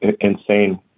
insane